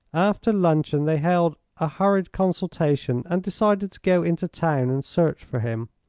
after luncheon they held a hurried consultation and decided to go into town and search for him.